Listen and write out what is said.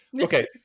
Okay